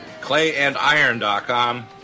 clayandiron.com